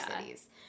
cities